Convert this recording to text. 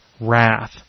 wrath